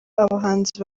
abahanzi